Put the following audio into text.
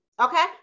Okay